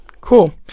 Cool